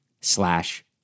slash